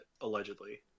allegedly